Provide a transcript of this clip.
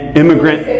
immigrant